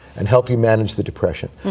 and help you manage the depression.